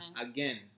again